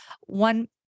One